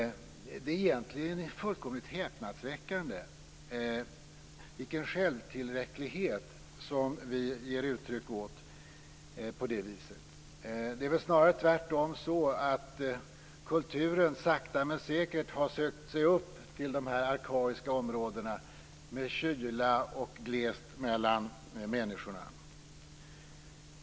Den självtillräcklighet som vi på det viset ger uttryck för är egentligen fullkomligt häpnadsväckande. Det är väl snarare tvärtom så att kulturen sakta men säkert har sökt sig upp till de här arkaiska områdena med kyla och glest mellan människorna.